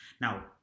Now